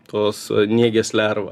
tos nėgės lerva